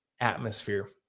atmosphere